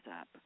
up